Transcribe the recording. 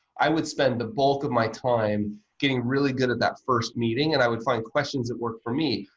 i would spend the bulk of my time getting really good at that first meeting and i would find questions that work for me.